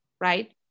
right